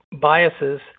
biases